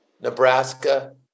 Nebraska